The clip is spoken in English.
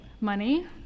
Money